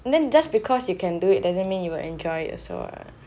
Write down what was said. then just because you can do it doesn't mean you will enjoy also what